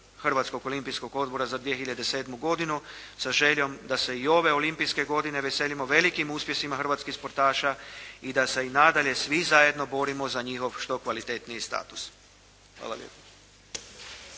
Hrvatskog olimpijskog odbora za 2007. godinu sa željom da se i ove olimpijske godine veselimo velikim uspjesima hrvatskih sportaša i da se i nadalje svi zajedno borimo za njihov što kvalitetniji status. Hvala lijepa.